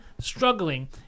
struggling